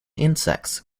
insects